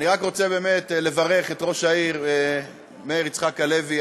אני רק רוצה באמת לברך את ראש העיר מאיר יצחק הלוי.